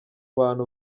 bantu